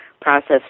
process